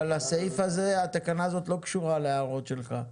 אבל הסעיף הזה, התקנה הזאת לא קשורה להערות שלך.